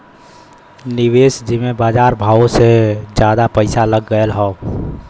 निवेस जिम्मे बजार भावो से जादा पइसा लग गएल हौ